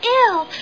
ill